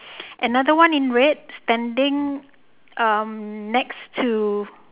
another one in red standing um next to